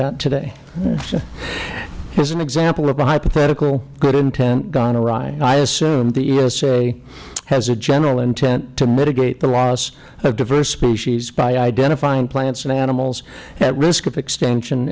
that today is an example of a hypothetical good intent gone awry i assume the esa has a general intent to mitigate the loss of diverse species by identifying plants and animals at risk of extinction